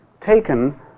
taken